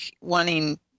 wanting